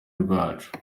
rwacu